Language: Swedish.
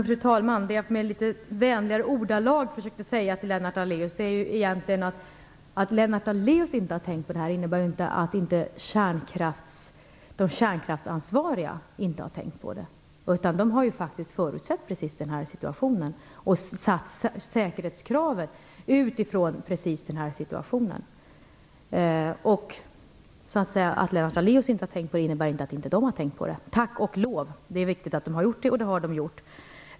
Fru talman! Det som jag i litet vänligare ordalag försökte säga till Lennart Daléus var ju egentligen att det faktum att Lennart Daléus inte har tänkt på det här innebär ju inte att de kärnkraftsansvariga inte har tänkt på det. De har ju faktiskt förutsett precis den här situationen och ställt säkerhetskravet utifrån precis den här situationen. Att Lennart Daléus inte har tänkt på detta innebär inte att inte de har tänkt på det, tack och lov. Det är viktigt att de har gjort det, och det har de gjort.